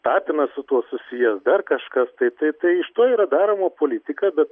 tapinas su tuo susijęs dar kažkas tai tai tai iš to yra daroma politika bet